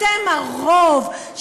אתם הרוב,